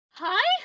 hi